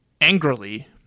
Angrily